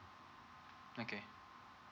okay